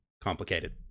complicated